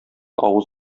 авыз